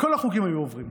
כל החוקים היו עוברים.